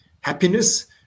Happiness